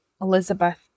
Elizabeth